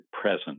present